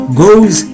goes